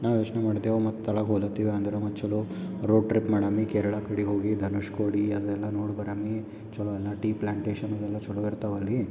ನಾವು ಯೋಚನೆ ಮಾಡ್ತೀವಿ ಮತ್ತು ಅಂದ್ರೆ ಮತ್ತು ಚಲೋ ರೋಡ್ ಟ್ರಿಪ್ ಮಾಡಮಿ ಕೇರಳ ಕಡೆ ಹೋಗಿ ಧನುಷ್ ಕೋಡಿ ಅಲ್ಲೆಲ್ಲ ನೋಡಿ ಬರಮ್ಮಿ ಚಲೋ ಎಲ್ಲ ಟೀ ಪ್ಲ್ಯಾಂಟೇಶನ್ಗಳೆಲ್ಲ ಚಲೋ ಇರ್ತಾವ ಅಲ್ಲಿ